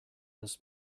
this